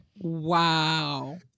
Wow